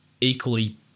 equally